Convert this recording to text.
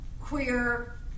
queer